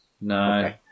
no